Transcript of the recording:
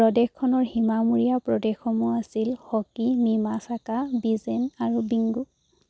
প্ৰদেশখনৰ সীমামূৰীয়া প্ৰদেশসমূহ আছিল হকি মিমাছাকা বিজেন আৰু বিংগো